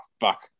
fuck